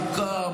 עמוקה,